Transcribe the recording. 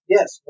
Yes